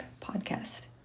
podcast